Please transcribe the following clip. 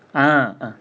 ah ah